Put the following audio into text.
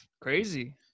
Crazy